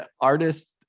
artist's